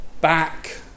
back